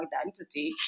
identity